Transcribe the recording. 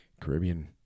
Caribbean